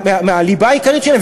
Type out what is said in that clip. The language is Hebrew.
מהעיסוק המרכזי שלהם,